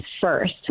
first